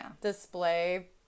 display